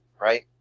right